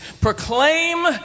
proclaim